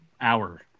hour